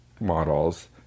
models